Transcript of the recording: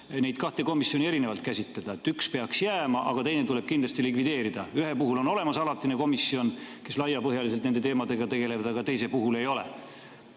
neid kahte probleemkomisjoni erinevalt käsitleda? Üks peaks jääma, aga teine tuleb kindlasti likvideerida. Ühe puhul on olemas alatine komisjon, kes laiapõhjaliselt nende teemadega tegeleb, aga teise puhul ei ole.